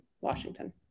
Washington